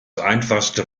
einfachste